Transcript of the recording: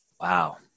wow